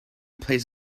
plays